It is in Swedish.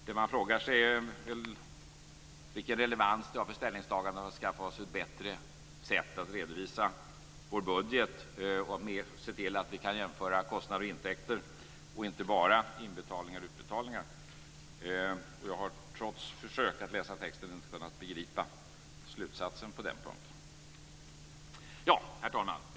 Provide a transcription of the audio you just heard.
Det man frågar sig är vilken relevans det har för ställningstagandet att skaffa oss ett bättre sätt att redovisa vår budget på och att se till att vi kan jämföra kostnader och intäkter och inte bara inbetalningar och utbetalningar. Jag har trots försök att läsa texten inte kunnat begripa slutsatsen på den punkten. Herr talman!